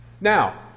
Now